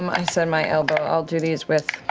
um i said my elbow, i'll do these with,